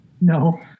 no